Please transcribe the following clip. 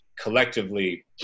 collectively